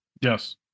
Yes